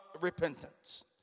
repentance